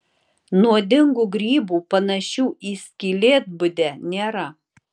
nuodingų grybų panašių į skylėtbudę nėra